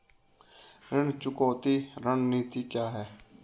ऋण चुकौती रणनीति क्या है?